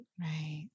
right